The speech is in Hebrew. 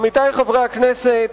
עמיתי חברי הכנסת,